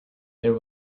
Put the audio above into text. there